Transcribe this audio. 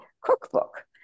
cookbook